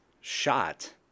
shot